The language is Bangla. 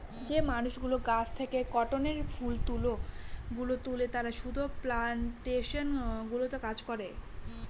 যে মানুষগুলো গাছ থেকে কটনের ফুল গুলো তুলে তারা সুতা প্লানটেশন গুলোতে কাজ করে